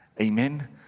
Amen